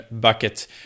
bucket